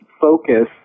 focus